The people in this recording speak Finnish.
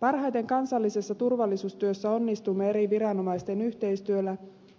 parhaiten kansallisessa turvallisuustyössä onnistumme eri viranomaisten yhteistyöllä